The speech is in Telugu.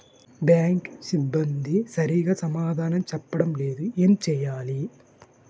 బ్యాంక్ సిబ్బంది సరిగ్గా సమాధానం చెప్పటం లేదు ఏం చెయ్యాలి?